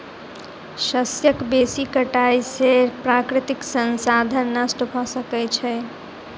शस्यक बेसी कटाई से प्राकृतिक संसाधन नष्ट भ सकै छै